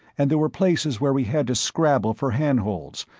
and there were places where we had to scrabble for handholds,